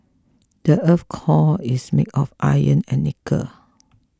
the earth's core is made of iron and nickel